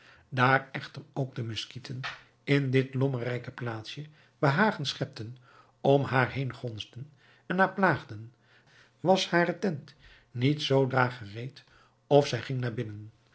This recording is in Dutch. daar echter ook de muskieten in dit lommerrijke plaatsje behagen schepten om haar heen gonsden en haar plaagden was hare tent niet zoodra gereed of zij ging daar binnen